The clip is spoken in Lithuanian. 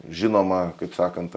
žinoma kaip sakant